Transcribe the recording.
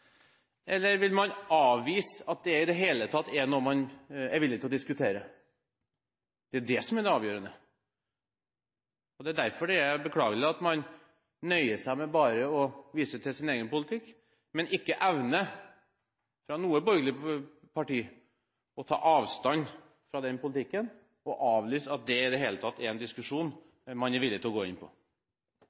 eller vil man avvise at det i det hele tatt er noe man er villig til å diskutere? Det er det som er det avgjørende. Det er derfor det er beklagelig at man nøyer seg med bare å vise til sin egen politikk, og ikke evner, fra noe borgerlig parti, å ta avstand fra den politikken og avvise at det i det hele tatt er en diskusjon man er villig til å gå inn på.